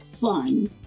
fun